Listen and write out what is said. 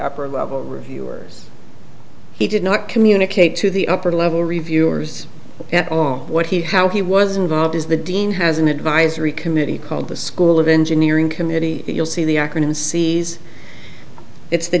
upper level reviewers he did not communicate to the upper level reviewers at all what he how he was involved is the dean has an advisory committee called the school of engineering committee you'll see the acronym sees it's the